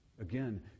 Again